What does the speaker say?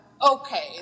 okay